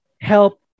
help